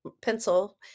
pencil